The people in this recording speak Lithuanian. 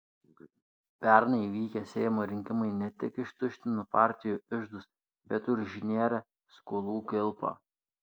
pernai vykę seimo rinkimai ne tik ištuštino partijų iždus bet ir užnėrė skolų kilpą